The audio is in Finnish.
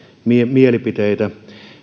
mielipiteitä